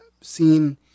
seen